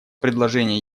предложение